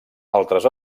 altres